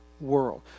world